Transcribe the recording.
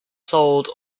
sold